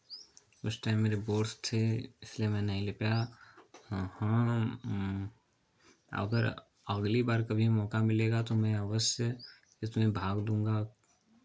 उस टाइम मेरे बोर्ड्स थे इसलिए मैं नहीं ले पया हाँ हाँ अगर अगली बार कभी मौका मिलेगा तो मैं अवश्य इसमें भाग लूँगा